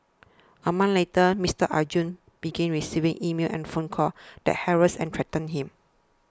a month later Mister Arjun began receiving emails and phone calls that harassed and threatened him